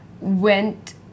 went